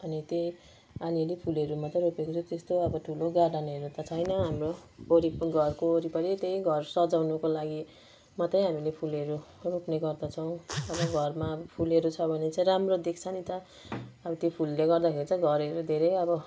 अनि त्यही अलि अलि फुलहरू मात्रै रोपेको छु त्यस्तो अब ठुलो गार्डनहरू त छैन हाम्रो गरिबको घरको वरिपरि त्यही घर सजाउनुको लागि मात्रै हामीले फुलहरू रोप्ने गर्दछौँ तपाईँको घरमा अब फुलहरू छ भने चाहिँ राम्रो देख्छ नि त अब त्यो फुलले गर्दाखेरि चाहिँ घरहरू धेरै अब